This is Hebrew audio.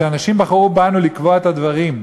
שאנשים בחרו בנו לקבוע את הדברים,